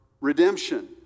redemption